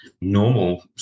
normal